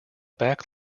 back